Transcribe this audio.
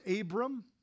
Abram